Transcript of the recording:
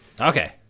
Okay